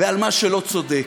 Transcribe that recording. ועל מה שלא צודק.